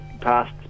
past